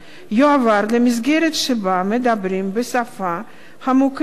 יועבר למסגרת שבה מדברים בשפה המוכרת לו,